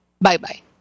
Bye-bye